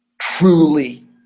truly